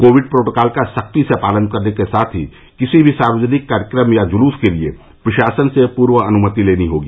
Covid protocol का सख्ती से पालन करने के साथ ही किसी भी सार्वजनिक कार्यक्रम या जुलूस के लिए प्रशासन से पूर्व अनुमति लेनी होगी